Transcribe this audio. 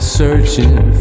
searching